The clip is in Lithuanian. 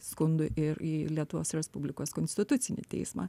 skundu ir į lietuvos respublikos konstitucinį teismą